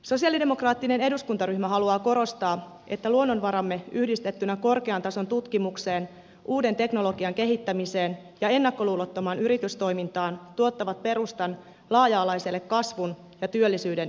sosialidemokraattinen eduskuntaryhmä haluaa korostaa että luonnonvaramme yhdistettynä korkean tason tutkimukseen uuden teknologian kehittämiseen ja ennakkoluulottomaan yritystoimintaan tuottavat perustan laaja alaiselle kasvun ja työllisyyden edistämiselle